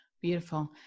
beautiful